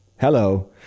Hello